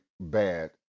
bad